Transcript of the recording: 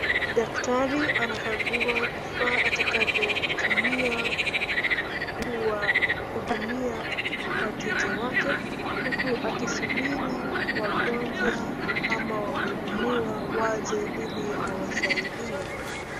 Daktari anakagua vifaa atakavyotumia kuwahudumia wateja wake, huku akisubiri wagonjwa ama wahudumiwa waje ili awasaidie.